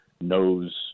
knows